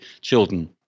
children